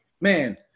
man –